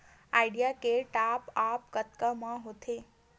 Idea के top आप कतका म होथे?